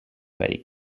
very